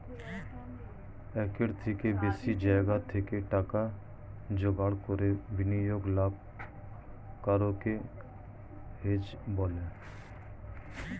একের থেকে বেশি জায়গা থেকে টাকা জোগাড় করে বিনিয়োগে লাভ করাকে হেজ বলে